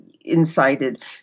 incited